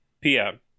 PM